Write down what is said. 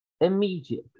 immediately